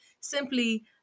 simply